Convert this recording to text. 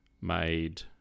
made